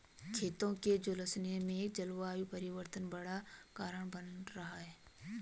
खेतों के झुलसने में जलवायु परिवर्तन बड़ा कारण बन रहा है